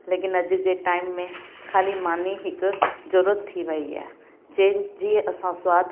लेकिन अॼु जे टाइम में खाली मानी हिकु ज़रूरत थी वई आहे जंहिंजी असां सवादु